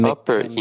Upper